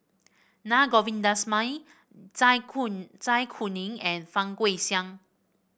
Na Govindasamy Zai Zai Kuning and Fang Guixiang